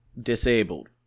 disabled